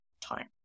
time